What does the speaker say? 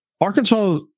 Arkansas